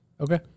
okay